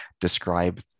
describe